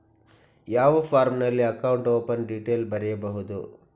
ಯಾವ ಫಾರ್ಮಿನಲ್ಲಿ account open detail ಬರೆಯುವುದು?